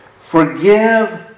Forgive